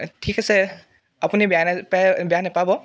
ঠিক আছে আপুনি বেয়া নাপায় বেয়া নাপাব